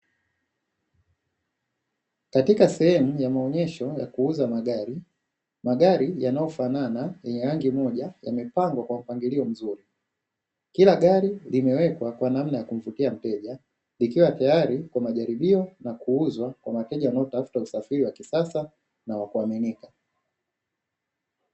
Katika sehemu ya maonyesho ya kuuza magari, magari yanayofanana yenye rangi moja yamepangwa kwa mpangilio, kila gari limewekwa kwa namna ya kumvutia mteja, likiwa tayari kwa majaribio na kuuzwa kwa wateja wanaotafuta usafiri wa kisasa na wa kuaminika.